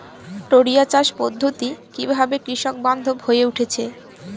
টোরিয়া চাষ পদ্ধতি কিভাবে কৃষকবান্ধব হয়ে উঠেছে?